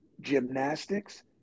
gymnastics